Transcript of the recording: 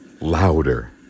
louder